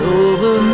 over